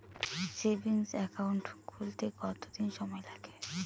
Savings account খুলতে কতদিন সময় লাগে?